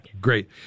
Great